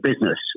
business